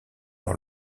par